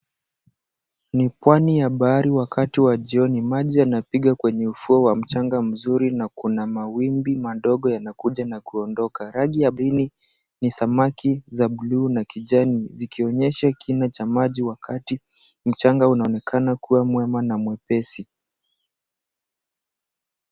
Ni pwani ya bahari wakati wa jioni. Maji yanapiga kwenye ufuo mzuri na kuna mawimbi madogo yanakuja na kuondoka. Rangi ardhini ni samaki za buluu na kijani zikionyesha kina cha maji wakati mchanga unaonekana kuwa mwema na mwepesi.